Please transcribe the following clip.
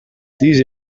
these